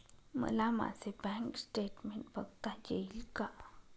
मला माझे bank statement बघता येईल का?